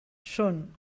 són